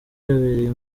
yabereye